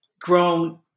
grown